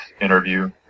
interview